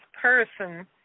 person